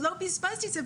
ולא בזבזתי את זה,